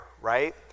right